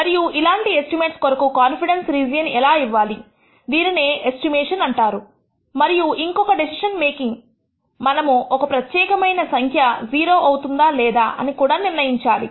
మరియు ఇలాంటి ఎస్టిమేట్స్ కొరకు కాన్ఫిడెన్స్ రీజియన్ ఎలా ఇవ్వాలి దీనినే ఎస్టిమేషన్ అంటారు మరియు ఇంకొక డెసిషన్ మేకింగ్ మనము ఒక ప్రత్యేకమైన సంఖ్య 0 అవుతుందా లేదా అని కూడా నిర్ణయించాలి